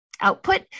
output